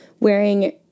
Wearing